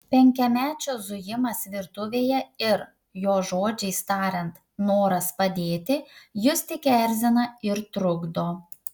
penkiamečio zujimas virtuvėje ir jo žodžiais tariant noras padėti jus tik erzina ir trukdo